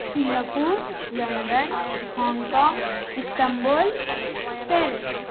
Singapore London Hong Kong Istanbul Paris